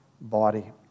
body